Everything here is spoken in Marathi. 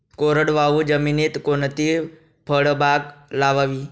कोरडवाहू जमिनीत कोणती फळबाग लावावी?